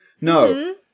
No